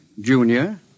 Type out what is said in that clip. Junior